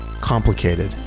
Complicated